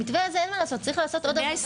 על המתווה הזה צריך לעשות עוד עבודה.